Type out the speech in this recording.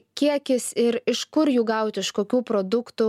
kiekis ir iš kur jų gauti iš kokių produktų